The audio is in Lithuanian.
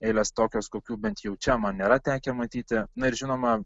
eilės tokios kokių bent jau čia man nėra tekę matyti na ir žinoma